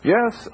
Yes